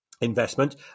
investment